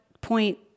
point